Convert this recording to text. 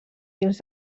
dins